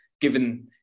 given